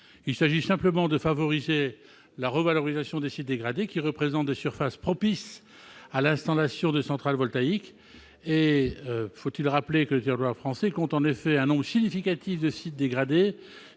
Il s'agit simplement de favoriser la revalorisation de ces sites, qui représentent des surfaces propices à l'installation de centrales photovoltaïques. Le territoire français compte en effet un nombre significatif de sites dégradés